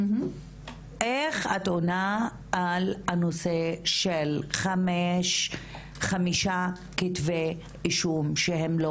איך את עונה על העניין הזה שרק חמישה כתבי אישום שהם לא